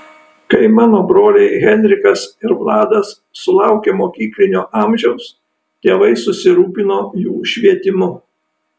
kai mano broliai henrikas ir vladas sulaukė mokyklinio amžiaus tėvai susirūpino jų švietimu